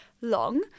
long